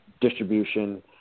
Distribution